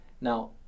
now